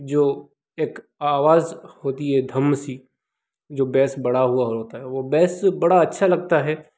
जो एक आवाज़ होती है धम्म सी जो बैस बढ़ा हुआ होता है वो बैस बड़ा अच्छा लगता है